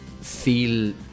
feel